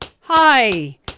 Hi